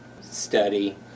study